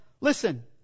listen